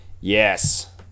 Yes